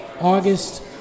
August